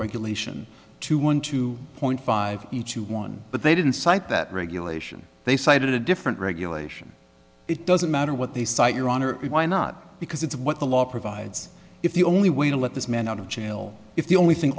regulation two one two point five each to one but they didn't cite that regulation they cited a different regulation it doesn't matter what they cite your honor why not because it's what the law provides if the only way to let this man out of jail if the only thing